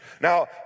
Now